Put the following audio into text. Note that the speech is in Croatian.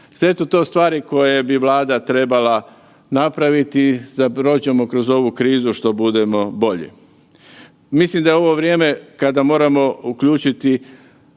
Sve su to stvari koje bi Vlada treba napraviti da prođemo kroz ovu krizu što budemo bolje. Mislim da je ovo vrijeme kada moramo uključiti